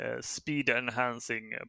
speed-enhancing